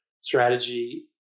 strategy